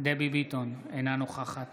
אינה נוכחת